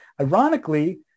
Ironically